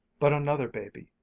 but another baby,